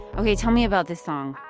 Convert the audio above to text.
ok. tell me about this song.